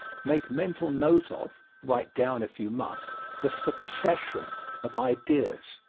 make mental note of write down, if you must the succession of ideas.